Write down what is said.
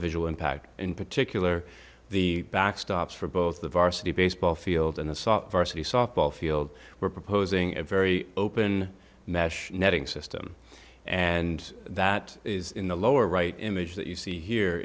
a visual impact in particular the backstops for both the varsity baseball field and the soft varsity softball field we're proposing a very open mesh netting system and that is in the lower right image that you see here